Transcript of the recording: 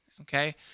Okay